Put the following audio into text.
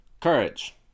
Courage